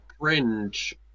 Cringe